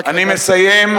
אני מסיים,